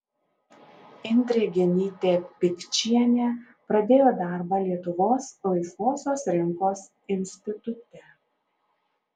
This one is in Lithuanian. indrė genytė pikčienė pradėjo darbą lietuvos laisvosios rinkos institute